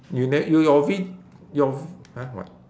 you ne~ you your ve~ your v~ !huh! what